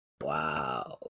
Wow